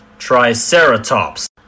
Triceratops